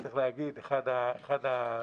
צריך להגיד שאחד התרחישים